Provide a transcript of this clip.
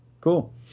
Cool